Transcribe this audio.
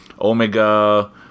Omega